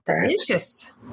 Delicious